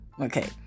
Okay